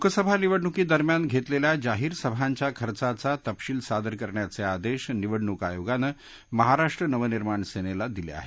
लोकसभा निवडणुकीदरम्यान घेतलेल्या जाहीर सभांच्या खर्चांचा तपशील सादर करण्याचे आदेश निवडणूक आयोगानं महाराष्ट्र नवनिर्माण सेनेला दिले आहेत